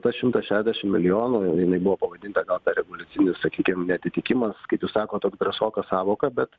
tas šimtas šedešim milijonų jinai buvo pavadinta gal revoliucinis sakykim neatitikimas kaip jūs sakot atgrasoka sąvoka bet